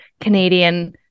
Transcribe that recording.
canadian